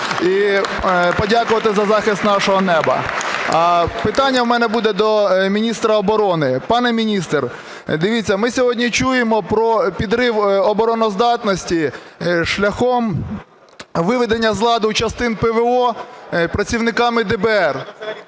і подякувати за захист нашого неба. (Оплески) Питання у мене буде до міністра оборони. Пане міністр, дивіться, ми сьогодні чуємо про підрив обороноздатності шляхом виведення з ладу частин ПВО працівниками ДБР.